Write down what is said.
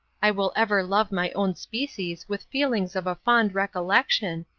i will ever love my own species with feelings of a fond recollection,